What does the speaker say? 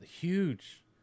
huge